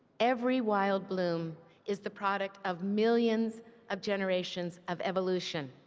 every wild bloom is the product of millions of generations of evolution.